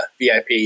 VIP